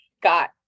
got